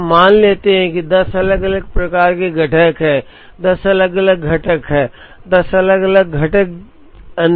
तो हम मान लेते हैं कि 10 अलग अलग प्रकार के घटक हैं 10 अलग अलग घटक हैं 10 अलग अलग घटक अंतिम असेंबली में जाते हैं